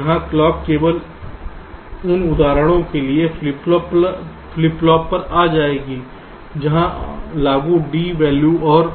तो यहां क्लॉक केवल उन उदाहरणों के लिए फ्लिप फ्लॉप पर आ जाएगी जहां लागू D वैल्यू और